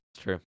true